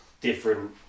different